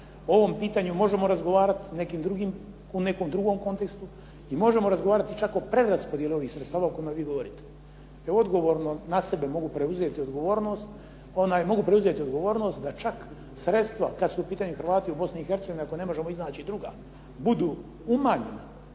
O ovome pitanju možemo razgovarati u nekom drugom kontekstu i možemo razgovarati čak o preraspodjeli ovih sredstava o kojima vi govorite. Ja odgovorno na sebe mogu preuzeti odgovornost da čak sredstva kad su u pitanju Hrvati u Bosni i Hercegovini ako ne možemo iznaći druga budu umanjena